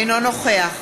אינו נוכח